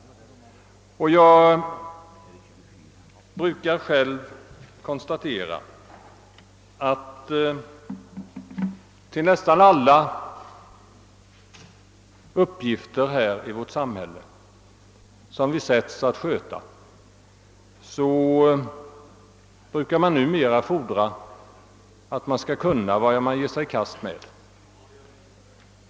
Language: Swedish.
Jag brukar konstatera, herr talman, att beträffande nästan alla uppgifter i vårt samhälle, som man sätts att sköta, fordras det numera att man klarar det man ger sig i kast med.